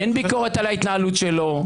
אין ביקורת על ההתנהלות שלו.